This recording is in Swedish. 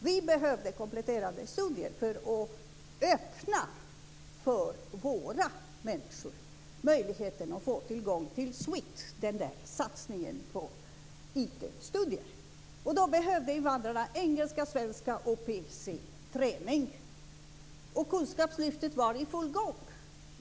Vi behövde kompletterande studier för att öppna möjligheten för våra människor att få tillgång till SWIT, satsningen på IT-studier. Då behövde invandrarna engelska, svenska och PC-träning. Kunskapslyftet var i full gång.